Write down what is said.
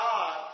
God